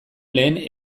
lehen